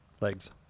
Legs